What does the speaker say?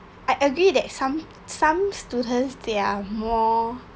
I agree that some some students they are more